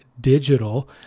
Digital